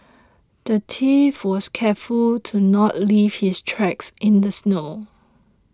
the thief was careful to not leave his tracks in the snow